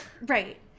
Right